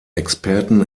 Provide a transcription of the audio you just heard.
experten